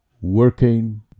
working